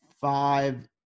five